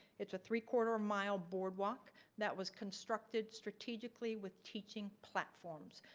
it's a three quarter mile boardwalk that was constructed strategically with teaching platforms.